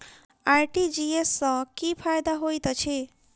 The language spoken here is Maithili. आर.टी.जी.एस सँ की फायदा होइत अछि?